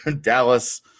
Dallas